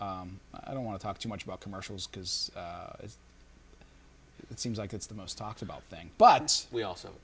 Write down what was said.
i don't want to talk too much about commercials because it seems like it's the most talked about thing but we also